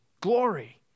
Glory